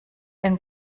and